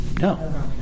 No